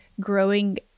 growing